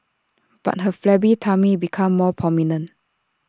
but her flabby tummy became more prominent